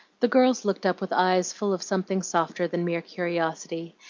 the girls looked up with eyes full of something softer than mere curiosity,